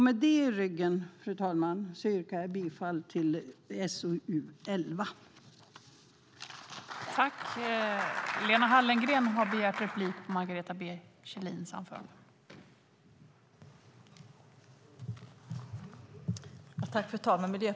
Med detta i ryggen yrkar jag bifall till förslaget i betänkande SoU11.